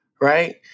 right